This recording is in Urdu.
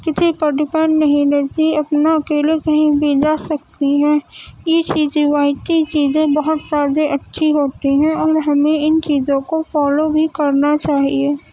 کسی پر ڈیپنڈ نہیں رہتی اپنا اکیلے کہیں بھی جا سکتی ہیں یہ چیز روایتی چیزیں بہت زیادے اچھی ہوتی ہیں اور میں ہمیں ان چیزوں کو فالو بھی کرنا چاہیے